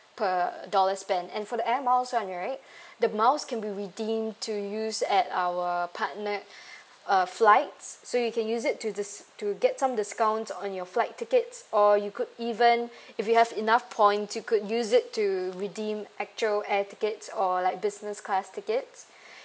per dollar spent and for the air miles [one] right the miles can be redeemed to use at our partnered uh flights so you can use it to dis~ to get some discounts on your flight tickets or you could even if you have enough points you could use it to redeem actual air tickets or like business class tickets